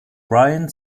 brian